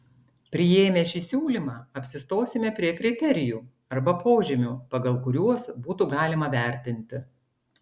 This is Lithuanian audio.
priėmę šį siūlymą apsistosime prie kriterijų arba požymių pagal kuriuos būtų galima vertinti